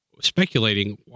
speculating